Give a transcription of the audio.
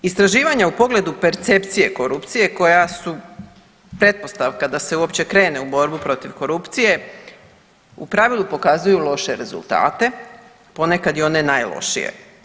Istraživanja u pogledu percepcije korupcije koja su pretpostavka da se uopće krene u borbu protiv korupcije u pravilu pokazuju loše rezultate, ponekad i one najlošije.